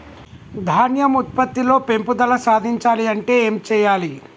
ధాన్యం ఉత్పత్తి లో పెంపుదల సాధించాలి అంటే ఏం చెయ్యాలి?